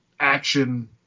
action